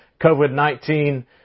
COVID-19